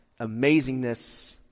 amazingness